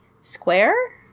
square